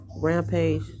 rampage